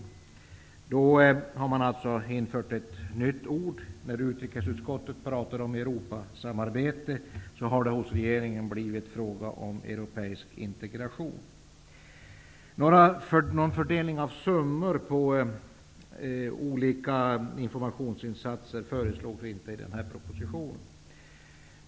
Man har alltså infört ett nytt begrepp. När utrikesutskottet talar om Europasamarbete har det hos regeringen blivit fråga om europeisk integration. Någon fördelning av summor på olika informationsinsatser förslås inte i denna proposition.